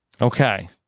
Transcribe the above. Okay